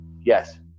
Yes